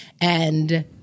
And-